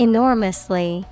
Enormously